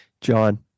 John